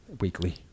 weekly